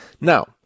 Now